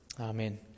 Amen